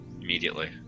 Immediately